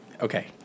Okay